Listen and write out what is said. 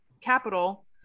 capital